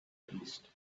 east